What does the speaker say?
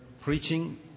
preaching